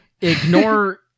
ignore